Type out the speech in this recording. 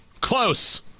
Close